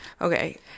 Okay